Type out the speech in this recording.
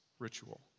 Ritual